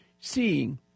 seeing